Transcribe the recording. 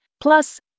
plus